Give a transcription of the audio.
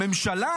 הממשלה,